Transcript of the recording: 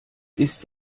ist